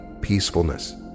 peacefulness